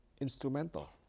instrumental